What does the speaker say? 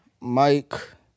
Mike